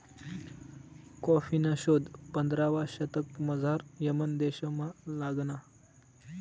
कॉफीना शोध पंधरावा शतकमझाऱ यमन देशमा लागना